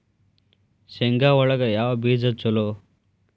ಶೇಂಗಾ ಒಳಗ ಯಾವ ಬೇಜ ಛಲೋ?